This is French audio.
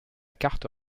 carte